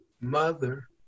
mother